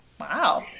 wow